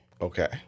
Okay